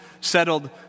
settled